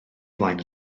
flaen